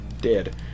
dead